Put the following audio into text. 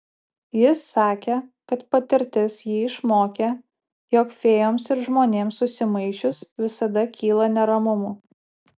jis sakė kad patirtis jį išmokė jog fėjoms ir žmonėms susimaišius visada kyla neramumų